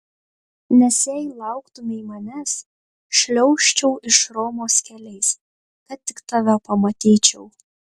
nes jei lauktumei manęs šliaužčiau iš romos keliais kad tik tave pamatyčiau